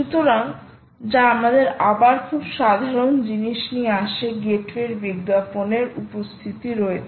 সুতরাং যা আমাদের আবার খুব সাধারণ জিনিস নিয়ে আসে গেটওয়ের বিজ্ঞাপনের উপস্থিতি রয়েছে